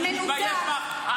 אני מתבייש בך.